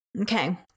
Okay